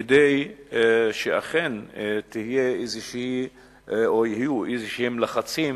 כדי שאכן יהיו לחצים